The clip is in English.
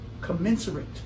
commensurate